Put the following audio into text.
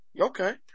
Okay